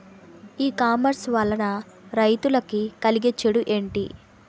ఈ కామర్స్ వలన రైతులకి కలిగే చెడు ఎంటి?